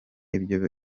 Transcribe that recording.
ibyo